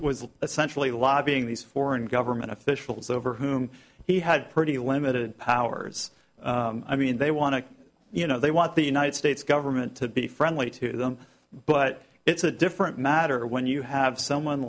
was essentially lobbying these foreign government officials over whom he had pretty limited powers i mean they want to you know they want the united states government to be friendly to them but it's a different matter when you have someone